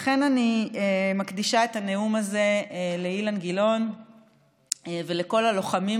לכן אני מקדישה את הנאום הזה לאילן גילאון ולכל הלוחמים,